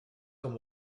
com